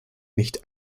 nicht